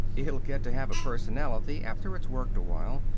it'll get to have personality after it's worked a while.